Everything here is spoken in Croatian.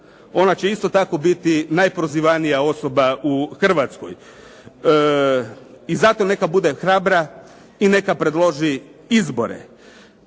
ona će isto tako biti najprozivanija osoba u Hrvatskoj. I zato neka bude hrabra i neka predloži izbore.